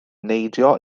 neidio